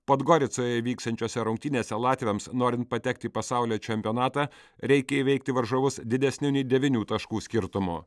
podgoricoje vyksiančiose rungtynėse latviams norint patekti į pasaulio čempionatą reikia įveikti varžovus didesniu nei devynių taškų skirtumu